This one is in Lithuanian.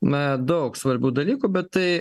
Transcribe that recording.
na daug svarbių dalykų bet tai